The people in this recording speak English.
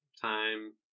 time